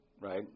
right